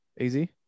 Easy